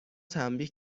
تنبیه